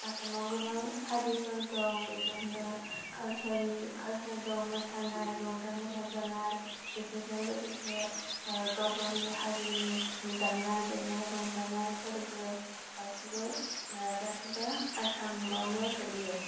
आसामाव गोबां हारिफोर दं बेफोरनि काल्चार दं मोसानाय रंजानाय बाजानाय बेफोरजों लोगोसे गाव गावनि हारिनि दामनाय देनाय रंजानायफोरबो गासैबो गासैबो आसामावनो गोलैयो